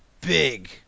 big